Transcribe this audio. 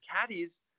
caddies